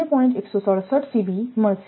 167 મળશે